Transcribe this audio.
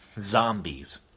Zombies